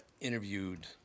interviewed